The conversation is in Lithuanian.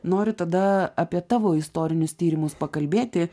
noriu tada apie tavo istorinius tyrimus pakalbėti